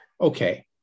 Okay